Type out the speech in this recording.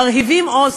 מרהיבים עוז,